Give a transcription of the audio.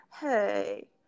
Hey